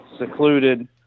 secluded